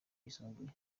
yisumbuye